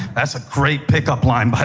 that's a great pickup line, but